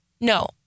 No